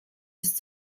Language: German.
ist